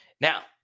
Now